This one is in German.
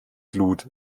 glut